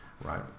right